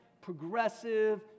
progressive